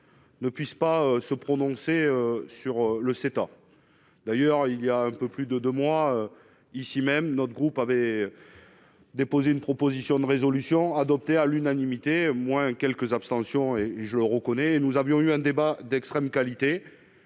ne puisse pas se prononcer sur le s'étant d'ailleurs, il y a un peu plus de 2 mois, ici même, notre groupe avait déposé une proposition de résolution adoptée à l'unanimité moins quelques abstentions et je le reconnais, nous avions eu un débat d'extrême qualité